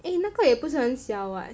eh 那个也不是很小 what